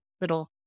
little